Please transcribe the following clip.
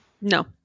No